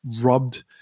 rubbed